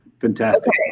fantastic